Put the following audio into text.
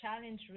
challenge